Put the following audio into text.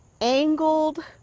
angled